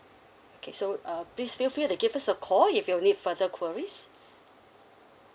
okay so uh please feel free to give us a call if you need further queries